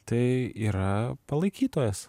tai yra palaikytojas